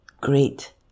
great